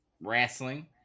wrestling